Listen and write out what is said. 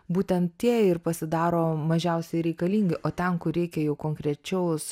būtent tie ir pasidaro mažiausiai reikalingi o ten kur reikia jau konkrečiaus